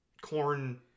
corn